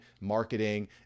marketing